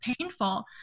painful